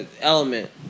Element